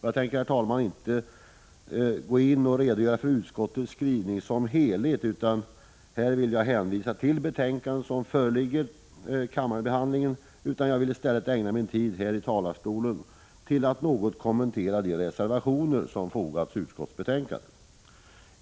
Jag tänker, herr talman, inte gå in och redogöra för utskottets skrivning som helhet, utan jag vill hänvisa till betänkandet som föreligger till behandling här i kammaren. I stället vill jag ägna min tid här i talarstolen åt att något kommentera de reservationer som fogats till utskottsbetänkandet.